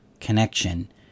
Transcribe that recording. connection